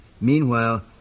Meanwhile